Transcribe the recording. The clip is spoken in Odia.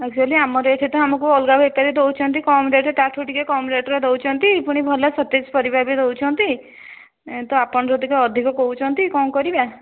ଏକ୍ଚୌଲି ଆମର ଏଠି ତ ଆମକୁ ଅଲଗା ବେପାରୀ ଦେଉଛନ୍ତି କମ୍ ରେଟ୍ ତା'ଠୁ ଟିକିଏ କମ୍ ରେଟ୍ରେ ଦେଉଛନ୍ତି ପୁଣି ଭଲ ସତେଜ ପରିବା ବି ଦେଉଛନ୍ତି ଏଁ ତ ଆପଣ ତ ଟିକିଏ ଅଧିକ କହୁଛନ୍ତି କ'ଣ କରିବା